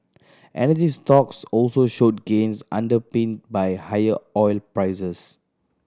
energy stocks also showed gains underpinned by higher oil prices